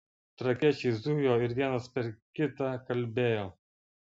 trakiečiai zujo ir vienas per kitą kalbėjo